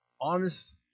honest